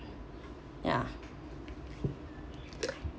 ya